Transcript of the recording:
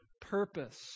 purpose